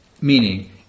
meaning